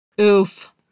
Oof